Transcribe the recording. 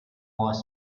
was